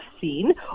seen